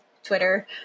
Twitter